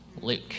Luke